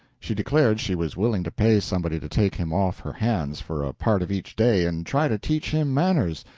she declared she was willing to pay somebody to take him off her hands for a part of each day and try to teach him manners.